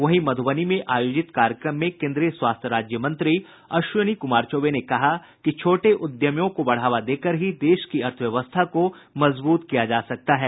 वहीं मध्रबनी में आयोजित कार्यक्रम में केन्द्रीय स्वास्थ्य राज्य मंत्री अश्विनी कुमार चौबे ने कहा कि छोटे उद्यमियों को बढ़ावा देकर ही देश की अर्थ व्यवस्था को मजबूत किया जा सकता है